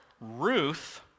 Ruth